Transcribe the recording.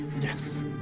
Yes